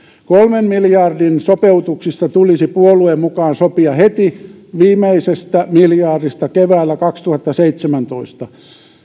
kolmen miljardin sopeutuksista tulisi puolueen mukaan sopia heti viimeisestä miljardista keväällä kaksituhattaseitsemäntoista